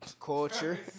culture